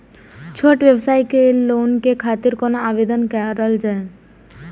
छोट व्यवसाय के लोन के खातिर कोना आवेदन कायल जाय?